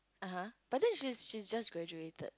ah [huh] but then she she just graduated